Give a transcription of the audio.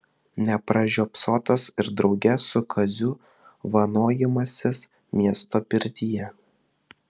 nepražiopsotas ir drauge su kaziu vanojimasis miesto pirtyje